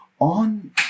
On